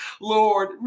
Lord